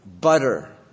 butter